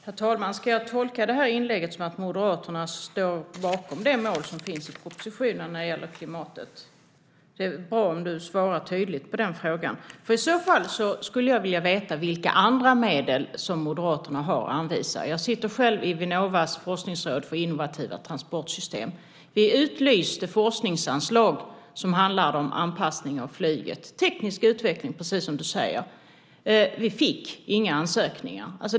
Herr talman! Ska jag tolka inlägget så att Moderaterna står bakom de mål som finns i propositionen när det gäller klimatet? Det är bra om Björn Hamilton svarar tydligt på den frågan, för i så fall skulle jag vilja veta vilka andra medel Moderaterna har att anvisa. Jag sitter själv i Vinnovas forskningsråd för innovativa transportsystem. Vi utlyste forskningsanslag för anpassning av flyget, det vill säga teknisk utveckling - precis som du säger. Vi fick inga ansökningar.